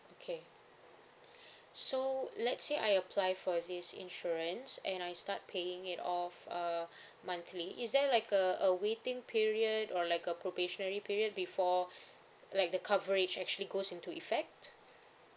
okay so let's say I apply for this insurance and I start paying it off uh monthly is there like a a waiting period or like a probationary period before like the coverage actually goes into effect